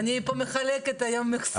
אי אפשר להחתים בן אדם כשהוא נמצא שם בטרמינל,